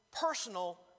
personal